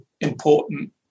important